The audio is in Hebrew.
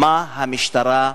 מה המשטרה עושה?